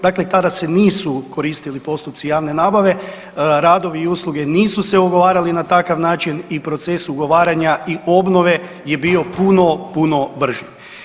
Dakle kada se nisu koristili postupci javne nabave radovi i usluge nisu se ugovarali na takav način i proces ugovaranja i obnove je bio puno, puno brži.